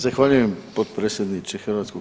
Zahvaljujem potpredsjedniče HS.